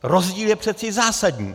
Rozdíl je přeci zásadní.